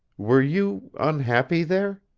were you unhappy there?